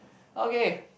okay